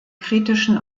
kritischen